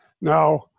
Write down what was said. Now